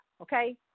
okay